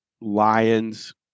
Lions